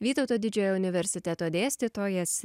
vytauto didžiojo universiteto dėstytojas